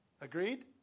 Agreed